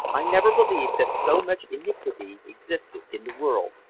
i never believed that so much iniquity existed in the world,